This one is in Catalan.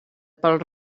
pel